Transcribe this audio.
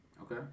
Okay